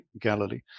Galilee